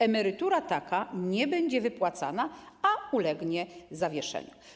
Emerytura taka nie będzie wypłacana, a ulegnie zawieszeniu.